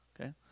Okay